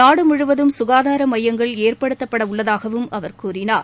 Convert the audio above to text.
நாடுமுழுவதும் சுகாதார மையங்கள் ஏற்படுத்தவுள்ளதாகவும் அவர் கூறினார்